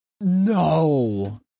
No